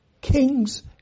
Kings